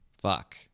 Fuck